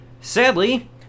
Sadly